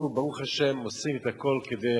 אנחנו, ברוך השם, עושים הכול כדי